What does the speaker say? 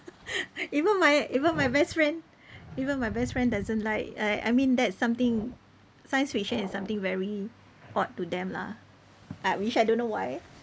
even my even my best friend even my best friend doesn't like uh I mean that's something science fiction is something very odd to them lah uh which I don't know why